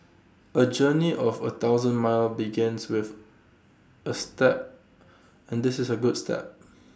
A journey of A thousand miles begins with A step and this is A good step